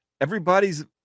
everybody's